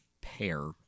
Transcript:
pair